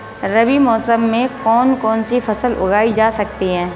रबी मौसम में कौन कौनसी फसल उगाई जा सकती है?